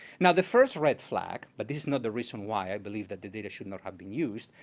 now the first red flag, but this is not the reason why i believe that the data should not have been used,